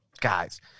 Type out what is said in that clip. guys